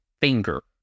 finger